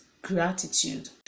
gratitude